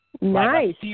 Nice